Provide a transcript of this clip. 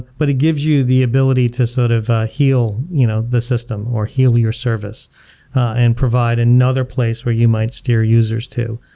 but it gives you the ability to sort of heal you know system or heal your service and provide another place where you might steer users to.